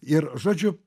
ir žodžiu